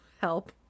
help